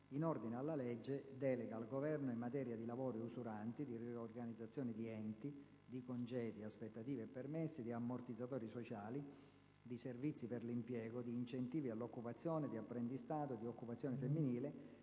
in ordine alla legge: "Deleghe al Governo in materia di lavori usuranti, di riorganizzazione di enti, di congedi, aspettative e permessi, di ammortizzatori sociali, di servizi per l'impiego, di incentivi all'occupazione, di apprendistato, di occupazione femminile,